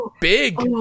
big